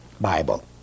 Bible